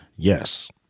Yes